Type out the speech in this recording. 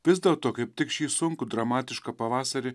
vis dėlto kaip tik šį sunkų dramatišką pavasarį